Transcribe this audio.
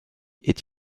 est